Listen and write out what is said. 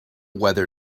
weather